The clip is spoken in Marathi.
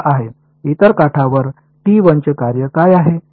इतर काठावर टी 1 चे काय आहे